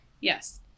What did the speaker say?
Yes